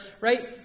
right